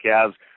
Cavs